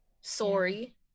sorry